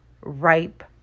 ripe